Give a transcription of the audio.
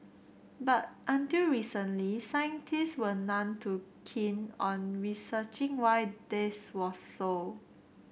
but until recently scientist were none too keen on researching why this was so